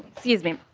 excuse me.